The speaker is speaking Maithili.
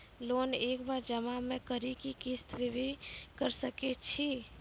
लोन एक बार जमा म करि कि किस्त मे भी करऽ सके छि?